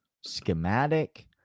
schematic